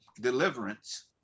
deliverance